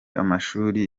amashuri